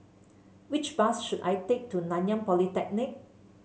which bus should I take to Nanyang Polytechnic